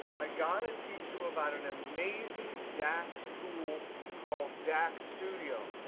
i've got to teach you about an amazing dax tool called dax studio.